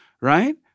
right